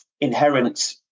inherent